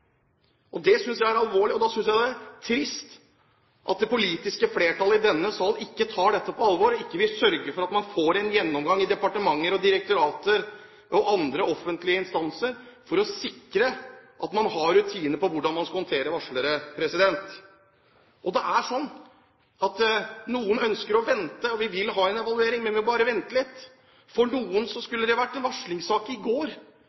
Det synes jeg er alvorlig. Det er trist at det politiske flertall i denne sal ikke tar dette på alvor og ikke vil sørge for at man får en gjennomgang i departementer, direktorater og andre offentlige instanser for å sikre at man har rutiner for hvordan man skal håndtere varslere. Det er sånn at noen ønsker å vente – vi vil ha en evaluering, vi må bare vente litt. For noen skulle det vært en varslingssak i går